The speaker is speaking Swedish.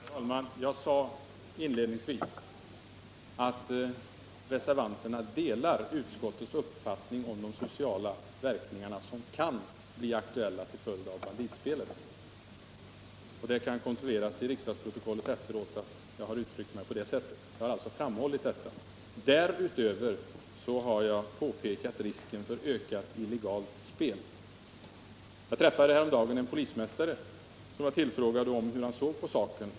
Herr talman! Jag sade inledningsvis att reservanterna delar utskottets uppfattning om de sociala verkningar som kan bli aktuella till följd av banditspelet. Det kan kontrolleras i riksdagsprotokollet efteråt att jag har uttryckt mig på det sättet. Jag har alltså framhållit detta. Därutöver har jag påpekat risken för ökat illegalt spel. Jag träffade häromdagen en polismästare, och jag frågade honom hur han såg på saken.